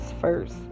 first